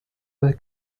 del